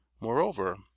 Moreover